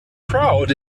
crowd